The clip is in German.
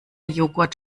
joghurt